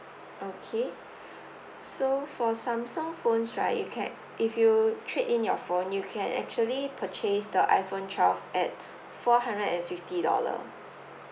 okay so for samsung phones right you can if you trade in your phone you can actually purchase the iphone twelve at four hundred and fifty dollar